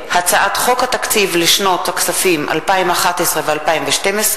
הצעת חוק התקציב לשנות הכספים 2011 ו-2012,